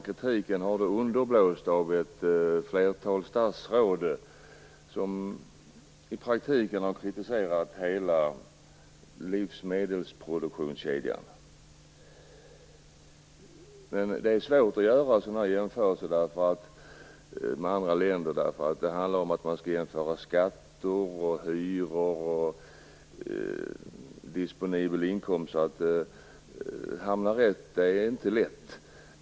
Kritiken har underblåsts av ett flertal statsråd som i praktiken har kritiserat hela livsmedelsproduktionskedjan. Det är svårt att göra sådana här jämförelser med andra länder, för det handlar om att man skall jämföra skatter, hyror, disponibel inkomst osv. Att hamna rätt är inte lätt.